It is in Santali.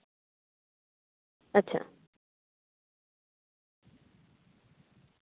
ᱟᱪᱪᱷᱟ